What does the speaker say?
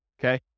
okay